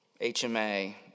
HMA